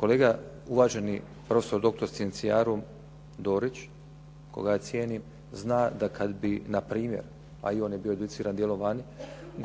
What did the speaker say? kolega uvaženi profesor doktor scienciarum Dorić koga ja cijenim zna da kad bi na primjer a i on je bio educiran djelom vani